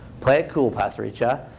play it cool, pasricha.